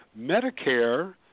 Medicare